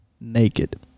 naked